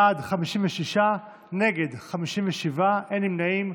בעד, 56, נגד, 57, אין נמנעים.